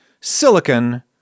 Silicon